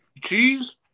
Cheese